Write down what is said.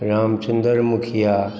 राम चन्द्र मुखिया